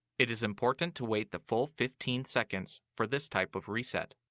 it is important to wait the full fifteen seconds for this type of reset.